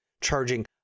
charging